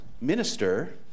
minister